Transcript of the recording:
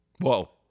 Whoa